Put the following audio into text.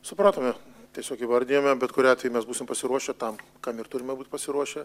supratome tiesiog įvardijome bet kuriuo atveju mes būsim pasiruošę tam kam ir turime būt pasiruošę